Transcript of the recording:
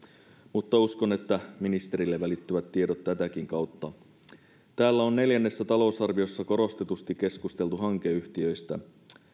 lähteä uskon että ministerille välittyvät tiedot tätäkin kautta täällä on neljännessä talousarviossa korostetusti keskusteltu hankeyhtiöistä